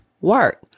work